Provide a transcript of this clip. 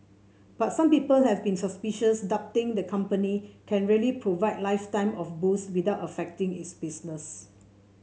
but some people have been suspicious doubting the company can really provide lifetime of booze without affecting its business